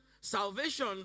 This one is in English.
salvation